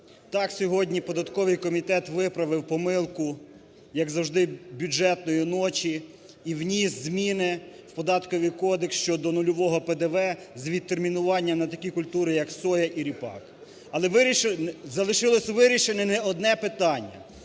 Так, сьогодні податковий комітет виправив помилку, як завжди, бюджетної ночі і вніс зміни в Податковий кодекс щодо до нульового ПДВ з відтермінуванням на такі культури як соя і ріпак. Але залишилося невирішене одне питання,